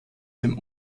dem